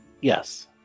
Yes